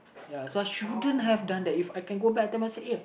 ya so I shouldn't have done that If I can go back to Temasek eh